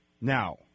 Now